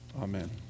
Amen